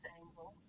angle